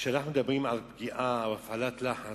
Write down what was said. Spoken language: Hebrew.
כשאנחנו מדברים על פגיעה או הפעלת לחץ,